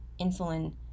insulin